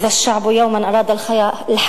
אִדַ'א אל-שַעְבּ יַוּמַאן אָרַאדַ אל-חַיַאה,